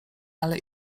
ale